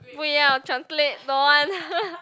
不要 translate don't want